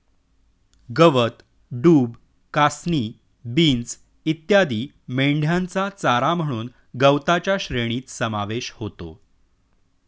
गवत, डूब, कासनी, बीन्स इत्यादी मेंढ्यांचा चारा म्हणून गवताच्या श्रेणीत समावेश होतो